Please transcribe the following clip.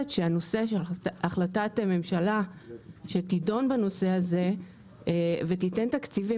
שהנושא של החלטת ממשלה שתדון בנושא הזה ותיתן תקציבים